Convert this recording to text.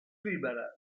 libera